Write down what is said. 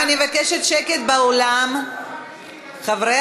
אני מבקשת להוסיף לפרוטוקול את חברת הכנסת שולי מועלם-רפאלי כתומכת.